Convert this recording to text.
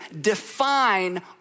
define